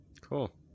Cool